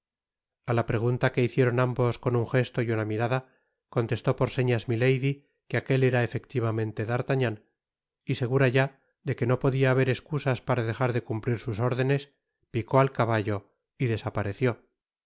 a la pregunta que hicieron ambos con un jesto y una mirada contestó por señas milady que aquel era efectivamente d'artagnan y segura ya de que no podia haber escusas para dejar de cumplir sus órdenes picó al caballo y desapareció